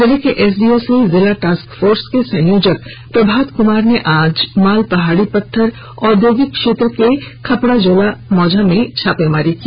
जिले के एसडीओ से जिला टास्क फोर्स के संयोजक प्रभात कुमार ने आज मालपहाड़ी पत्थर औद्योगिक क्षेत्र के खपड़ाजोला मौजा में छापेमारी की